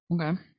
Okay